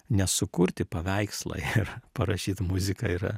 nes sukurti paveikslą ir parašyt muziką yra